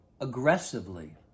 aggressively